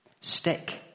Stick